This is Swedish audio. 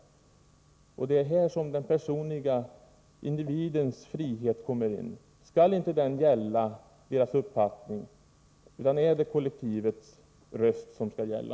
Det är här frågan om de enskilda individernas frihet kommer in. Skall inte deras uppfattning gälla? Är det kollektivets röst som skall gälla?